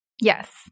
Yes